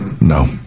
no